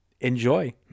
enjoy